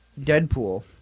Deadpool